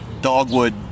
dogwood